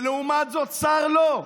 ולעומת זאת שר לא,